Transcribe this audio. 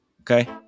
Okay